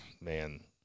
man